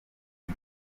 iki